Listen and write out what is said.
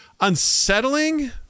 unsettling